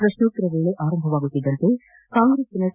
ಪ್ರಶ್ನೋತ್ತರ ವೇಳೆ ಆರಂಭವಾಗುತ್ತಿದ್ದಂತೆ ಕಾಂಗ್ರೆಸ್ನ ಕೆ